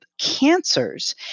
cancers